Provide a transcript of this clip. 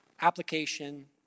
application